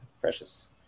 precious